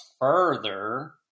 further